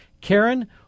Karen